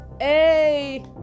Hey